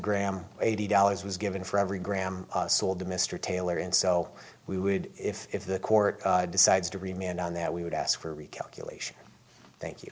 gram eighty dollars was given for every gram sold to mr taylor and so we would if if the court decides to remain on that we would ask for recalculation thank you